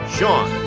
Sean